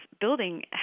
building